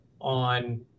on